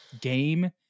game